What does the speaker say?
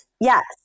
yes